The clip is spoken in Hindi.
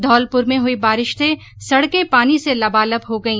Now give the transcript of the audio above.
घौलपुर में हुई बारिश से सड़के पानी से लबालब हो गई